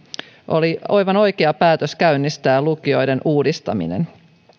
oli aivan oikea päätös käynnistää lukioiden uudistaminen